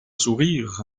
sourire